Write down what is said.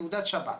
סעודת שבת.